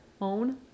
own